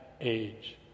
age